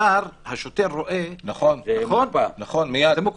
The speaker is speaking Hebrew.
השוטר ישר רואה -- נכון, מיד.